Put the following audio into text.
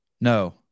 No